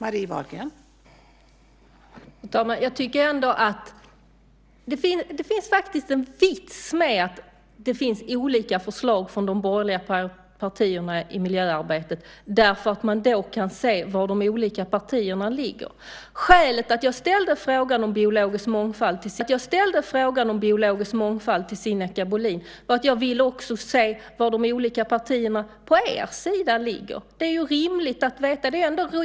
Fru talman! Jag tycker ändå att det finns en vits med att det finns olika förslag från de borgerliga partierna i miljöarbetet eftersom man då kan se var de olika partierna ligger. Skälet till att jag ställde frågan om biologisk mångfald till Sinikka Bohlin var att jag också ville se var de olika partierna på er sida ligger. Det är ju rimligt att veta det.